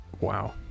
wow